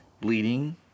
bleeding